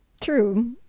True